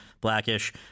Blackish